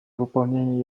выполнение